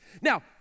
Now